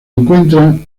encuentran